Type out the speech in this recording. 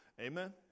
Amen